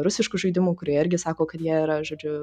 rusiškų žaidimų kurie irgi sako kad jie yra žodžiu